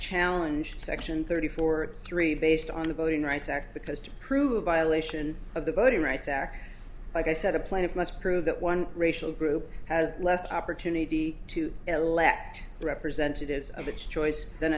challenge section thirty four three based on the voting rights act because to prove violation of the voting rights act like i said a plaintiff must prove that one racial group has less opportunity to elect representatives of its choice than